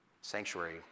sanctuary